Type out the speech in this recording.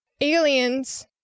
aliens